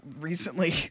recently